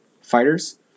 fighters